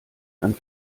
dann